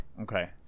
Okay